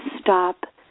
stop